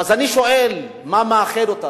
ואני שואל: מה מייחד אותנו?